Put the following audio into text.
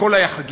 הכול היה חגיגי,